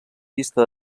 vista